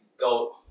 go